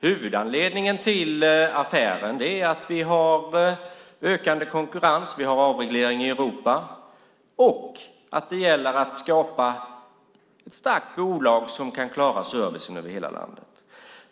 Huvudanledningen till affären är att vi har ökande konkurrens och avreglering i Europa och att det gäller att skapa ett starkt bolag som kan klara servicen över hela landet.